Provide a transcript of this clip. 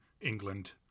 England